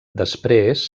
després